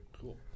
Cool